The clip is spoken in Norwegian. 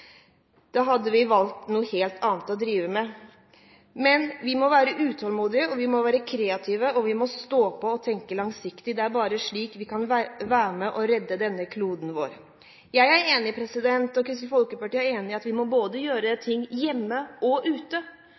hadde vi valgt noe helt annet å drive med. Vi må være utålmodige, og vi må være kreative, og vi må stå på og tenke langsiktig. Det er bare slik vi kan være med og redde kloden vår. Jeg er enig i, og Kristelig Folkeparti er enig i, at vi må gjøre ting både hjemme og ute.